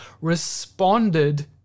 responded